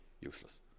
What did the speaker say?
useless